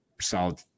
solid